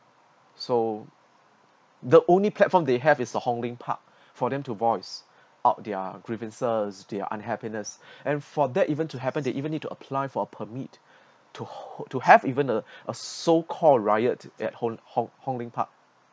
so the only platform they have is the hong lim park for them to voice out their grievances their unhappiness and for that even to happen they even need to apply for a permit to ho~ to have even a a s~ so call riot at hong hong Hong-Lim park